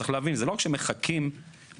צריך להבין שלא רק שמחכים לבשורה,